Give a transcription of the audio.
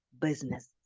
business